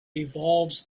evolved